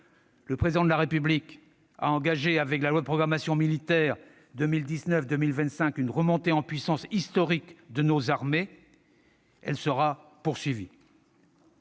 Le Président de la République a engagé, avec la loi de programmation militaire 2019-2025, une remontée en puissance historique pour nos armées. Elle sera poursuivie.